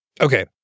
Okay